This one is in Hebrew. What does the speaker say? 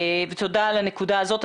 תודה על הנקודה הזאת.